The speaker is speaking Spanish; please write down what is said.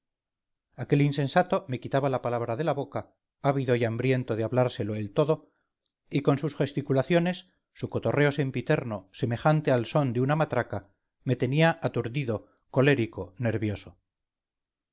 aquel insensato me quitaba la palabra de la boca ávido y hambriento de hablárselo él todo y con sus gesticulaciones su cotorreo sempiterno semejante al son de una matraca me tenía aturdido colérico nervioso